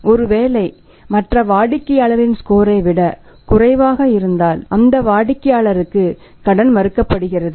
ஒருவேளை மற்ற வாடிக்கையாளரின் ஸ்கோரை விட குறைவாக இருந்தால் அந்த வாடிக்கையாளருக்கு கடன் மறுக்கப்படுகிறது